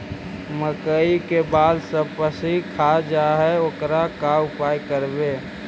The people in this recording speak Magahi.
मकइ के बाल सब पशी खा जा है ओकर का उपाय करबै?